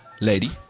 lady